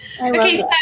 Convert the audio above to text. Okay